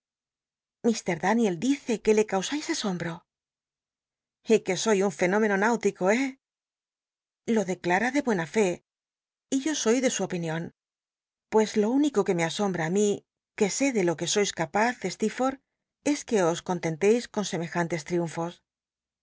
r daniel dice que le causais asombro y que soy un fenómeno náutico eh lo d clam de buena fé y yo soy de su opinioo pues lo único que me asombra á mi que de lo que sois capaz stecrforth es que os contenleis con semejantes triunfos